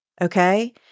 okay